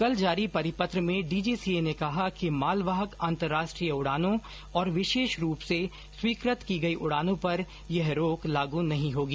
कल जारी परिपत्र में डीजीसीए ने कहा कि मालवाहक अंतर्राष्ट्रीय उड़ानों और विशेष रूप से स्वीकृत की गई उड़ानों पर यह रोक लागू नहीं होगी